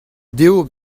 dezho